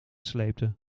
sleepte